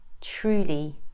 truly